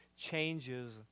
changes